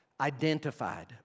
identified